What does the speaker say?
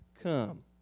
come